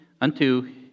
unto